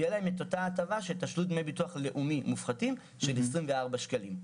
ותהיה להם אותה הטבה של תשלום דמי ביטוח לאומי מופחתים של 24 שקלים.